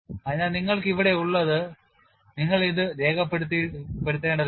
അതിനാൽ നിങ്ങൾക്ക് ഇവിടെയുള്ളത് നിങ്ങൾ ഇത് രേഖപ്പെടുത്തേണ്ടതില്ല